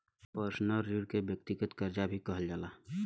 personal ऋण के व्यक्तिगत करजा भी कहल जाला